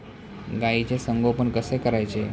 गाईचे संगोपन कसे करायचे?